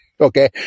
Okay